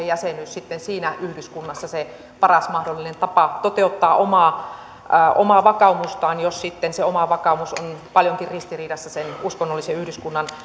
jäsenyys siinä yhdyskunnassa se paras mahdollinen tapa toteuttaa omaa omaa vakaumusta jos sitten se oma vakaumus on paljonkin ristiriidassa sen uskonnollisen yhdyskunnan